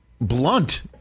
blunt